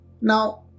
Now